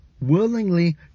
willingly